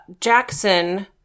Jackson